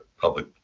public